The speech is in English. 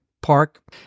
park